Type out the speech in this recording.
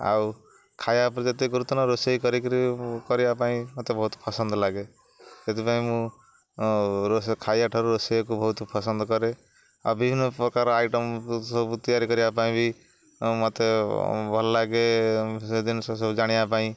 ଆଉ ଖାଇବା ଉପରେ ଯେତେ ଗୁରୁତ୍ୱ ନୁହଁ ରୋଷେଇ କରିକିରି କରିବା ପାଇଁ ମତେ ବହୁତ ପସନ୍ଦ ଲାଗେ ସେଥିପାଇଁ ମୁଁ ଖାଇବାଠାରୁ ରୋଷେଇକୁ ବହୁତ ପସନ୍ଦ କରେ ଆଉ ବିଭିନ୍ନ ପ୍ରକାର ଆଇଟମ୍ ସବୁ ତିଆରି କରିବା ପାଇଁ ବି ମତେ ଭଲ ଲାଗେ ସେ ଜିନିଷ ସବୁ ଜାଣିବା ପାଇଁ